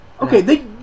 Okay